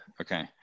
okay